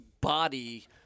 body